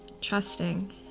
trusting